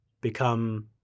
become